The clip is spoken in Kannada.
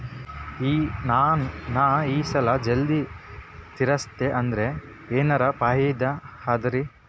ನಾ ಈ ಸಾಲಾ ಜಲ್ದಿ ತಿರಸ್ದೆ ಅಂದ್ರ ಎನರ ಫಾಯಿದಾ ಅದರಿ?